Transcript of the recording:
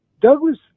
Douglas